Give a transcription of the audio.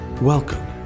Welcome